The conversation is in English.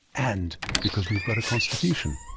and because we've got a constitution.